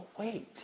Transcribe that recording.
Wait